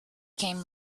came